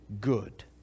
good